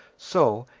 so,